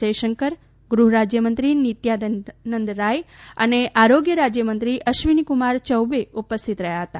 જયશંકર ગૃહરાજ્યમંત્રી નિત્યાનંદ રાય અને આરોગ્ય રાજ્યમંત્રી અશ્વિનીકુમાર ચૌબે ઉપસ્થિત રહ્યા હતા